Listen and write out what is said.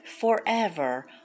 forever